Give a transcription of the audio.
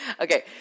okay